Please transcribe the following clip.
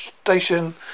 station